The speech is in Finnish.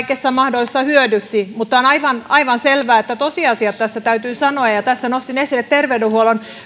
käytetään kaikessa mahdollisessa hyödyksi mutta on aivan aivan selvää että tosiasiat tässä täytyy sanoa ja tässä nostin esille terveydenhuollon